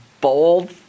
bold